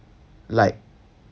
like